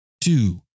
two